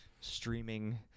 streaming